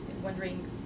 wondering